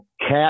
cat